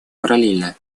параллельно